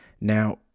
now